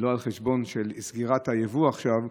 לא על חשבון סגירת היבוא עכשיו,